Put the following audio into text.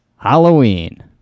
Halloween